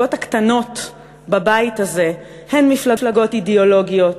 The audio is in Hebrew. המפלגות הקטנות בבית הזה הן מפלגות אידיאולוגיות,